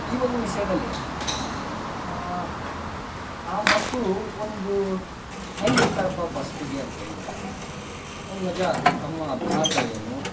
ಈ ಒಂದು ವಿಷಯದಲ್ಲಿ ಆ ಮಕ್ಕಳು ಒಂದು ಹೇಗಿರ್ತಾರಪ್ಪ ಫಸ್ಟಿಗೆ ಅಂತೇಳಿದ್ರೆ ಒಂದು ಮಜ ತಮ್ಮ ಅಭ್ಯಾಸ ಏನು